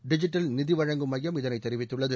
digital நிதி வழங்கும் மையம் இதனை தெரிவித்துள்ளது